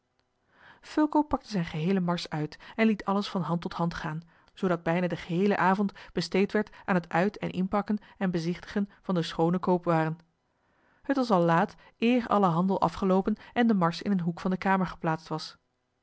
fulco pakte zijne geheele mars uit en liet alles van hand tot hand gaan zoodat bijna de geheele avond besteed werd aan het uit en inpakken en bezichtigen van de schoone koopwaren het was al laat eer alle handel afgeloopen en de mars in een hoek van de kamer geplaatst was